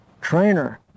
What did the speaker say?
trainer